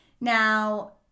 Now